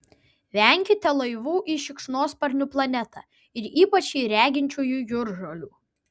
venkite laivų į šikšnosparnių planetą ir ypač į reginčiųjų jūržolių